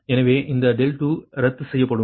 எனவே இந்த 2 ரத்து செய்யப்படும்